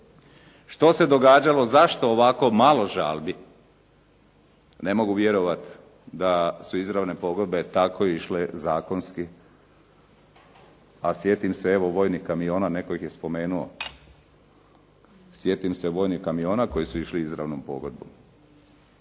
Što se događalo, zašto ovako malo žalbi? Ne mogu vjerovati da su izravne pogodbe tako išle zakonski, a sjetim se evo vojnih kamiona, netko ih je spomenuo, sjetim se vojnih kamiona koji su išli izravnom pogodbom,